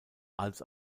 als